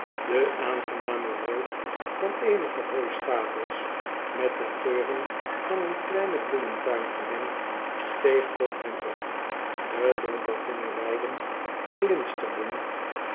de aangename reuk van eenige hooistapels met de geuren van een kleinen bloementuin vermengd steeg tot hem op de donkergroene weideu glinsterden